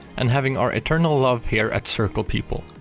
and having our eternal love here at circle people.